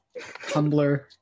Tumblr